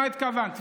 למה התכוונת.